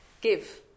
give